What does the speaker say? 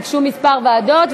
ביקשו כמה ועדות,